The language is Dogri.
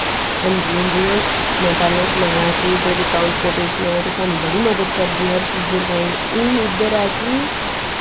हां जी हून जियां में पैह्लैं सनाया कि जेह्ड़ी ट्रांपोर्टेशन ऐ ओह् ते स्हानू बड़ा मदद करदी हर चीजें तांई हून इध्दर ऐ कि